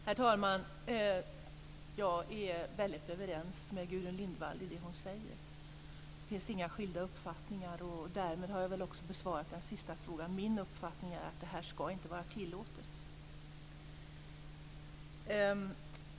Herr talman! Jag är väldigt överens med Gudrun Lindvall om det hon säger. Det finns inga skilda uppfattningar, och därmed har jag väl också besvarat den sista frågan. Min uppfattning är att detta inte ska vara tillåtet.